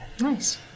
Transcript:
Nice